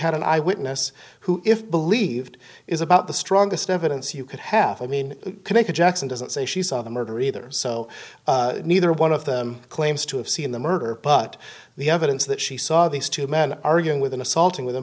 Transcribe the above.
had an eyewitness who if believed is about the strongest evidence you could have i mean you could make a jackson doesn't say she saw the murderer either so neither one of them claims to have seen the murder but the evidence that she saw these two men arguing with an assaulting with the